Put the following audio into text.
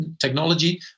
technology